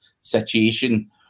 situation